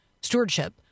stewardship